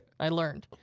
i learned.